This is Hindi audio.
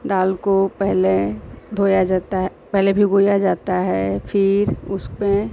दाल को पहले धोया जाता है पहले भिगोया जाता है फिर उसमें